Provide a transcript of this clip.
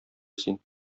син